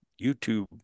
YouTube